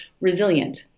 resilient